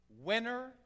winner